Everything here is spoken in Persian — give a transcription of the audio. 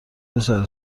پسر